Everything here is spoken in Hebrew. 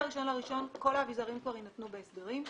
מה-1 בינואר כל האביזרים כבר יינתנו בהסדרים.